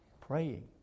Praying